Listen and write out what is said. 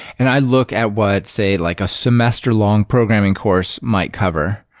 and i look at what, say, like a semester-long programming course might cover.